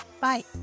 Bye